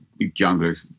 junglers